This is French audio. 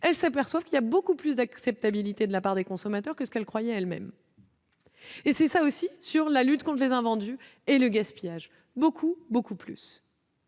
elles s'aperçoivent qu'il y a beaucoup plus d'acceptabilité de la part des consommateurs que ce qu'elle croyait elles-mêmes. Et c'est ça aussi sur la lutte contre les invendus et le gaspillage beaucoup beaucoup plus.